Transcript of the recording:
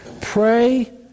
pray